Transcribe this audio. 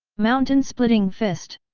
mountain splitting fist!